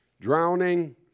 drowning